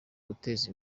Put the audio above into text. guteza